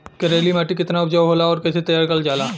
करेली माटी कितना उपजाऊ होला और कैसे तैयार करल जाला?